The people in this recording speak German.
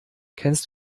kennst